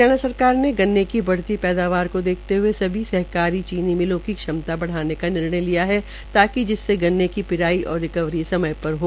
हरियाणा सरकार ने गन्ने की बढ़ती पैदावार को देखते हुए सभी सहकारी चीनी मिलों की क्षमता को बढ़ाने का निर्णय लिया ताकि जिससे गन्ने की पिराई और रिकवरी समय पर हो